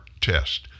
test